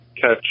catch